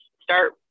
start